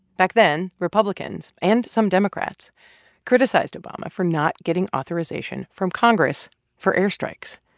back then, republicans and some democrats criticized obama for not getting authorization from congress for airstrikes.